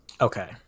Okay